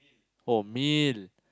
oh meal